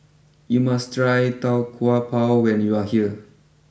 you must try Tau Kwa Pau when you are here